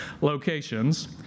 locations